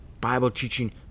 Bible-teaching